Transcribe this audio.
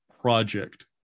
project